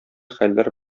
хәлләр